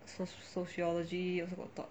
sociology also got talk